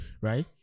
Right